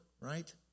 right